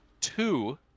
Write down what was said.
Two